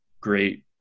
great